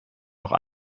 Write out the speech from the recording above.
noch